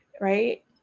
right